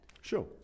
Sure